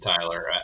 Tyler